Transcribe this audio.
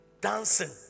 dancing